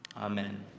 Amen